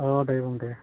अ दे बुं दे